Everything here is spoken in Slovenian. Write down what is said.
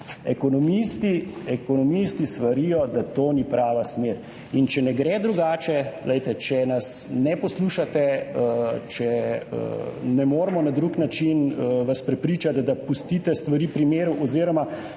ekonomisti svarijo, da to ni prava smer in če ne gre drugače, glejte, če nas ne poslušate, če ne moremo na drug način vas prepričati, da pustite stvari pri miru oziroma